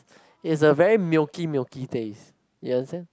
is a very milky milky taste you understand